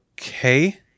Okay